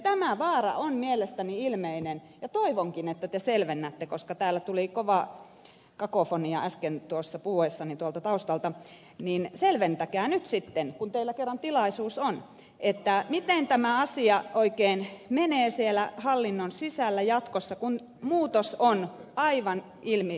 tämä vaara on mielestäni ilmeinen ja toivonkin koska täällä tuli kova kakofonia äsken tuossa puhuessani tuolta taustalta että selvennätte nyt sitten kun teillä kerran tilaisuus on miten tämä asia oikein menee siellä hallinnon sisällä jatkossa kun muutos on aivan ilmiselvän suuri